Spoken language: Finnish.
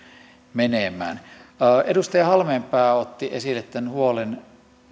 menemään edustaja halmeenpää otti esille tämän huolen